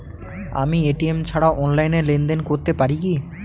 আমি এ.টি.এম ছাড়া অনলাইনে লেনদেন করতে পারি কি?